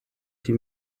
die